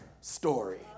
story